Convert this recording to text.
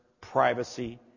privacy